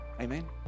Amen